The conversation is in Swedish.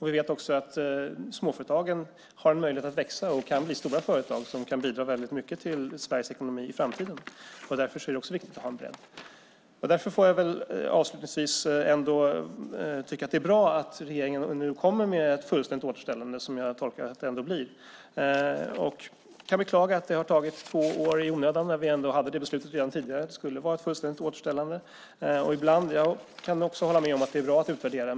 Vi vet också att småföretagen har möjlighet att växa och kan bli stora företag som kan bidra väldigt mycket till Sveriges ekonomi i framtiden. Därför är det också viktigt att ha en bredd. Därför får jag väl avslutningsvis ändå tycka att det är bra att regeringen nu kommer med ett fullständigt återställande, som jag tolkar det som att det ändå blir. Jag kan beklaga att det har tagit två år i onödan. Vi hade ändå det beslutet redan tidigare, att det skulle vara ett fullständigt återställande. Jag kan också hålla med om att det är bra att utvärdera.